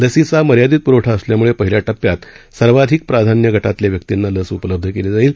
लसीचा मर्यादित प्रवठा असल्यामुळे पहिल्या टप्प्यात सर्वाधिक प्राधान्य गटातल्या व्यक्तींना लस उपलब्ध केली जाईल